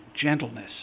gentleness